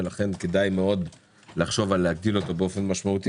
לכן כדאי לחשוב על להגדיל אותו משמעותית.